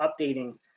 updating